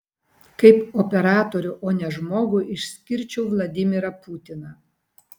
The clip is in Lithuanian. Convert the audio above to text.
kaip operatorių o ne žmogų išskirčiau vladimirą putiną